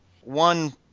one